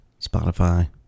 Spotify